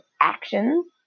actions